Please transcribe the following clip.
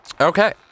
Okay